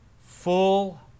Full